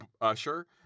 Usher